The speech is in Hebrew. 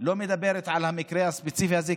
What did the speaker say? לא מדברת על המקרה הספציפי הזה,